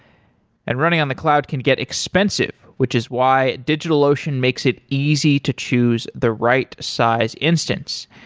and running on the cloud can get expensive, which is why digitalocean makes it easy to choose the right size instance.